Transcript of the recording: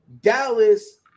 Dallas